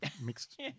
mixed